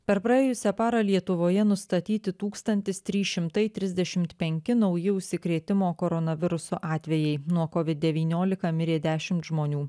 per praėjusią parą lietuvoje nustatyti tūkstantis trys šimtai trisdešimt penki nauji užsikrėtimo koronavirusu atvejai nuo covid devyniolika mirė dešimt žmonių